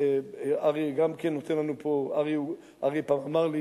אריה פעם אמר לי